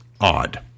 odd